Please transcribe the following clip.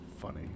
funny